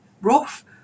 rough